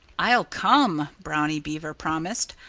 i'll come! brownie beaver promised.